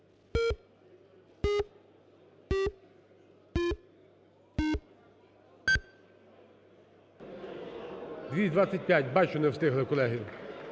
225. Бачу, не встигли, колеги.